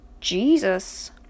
Jesus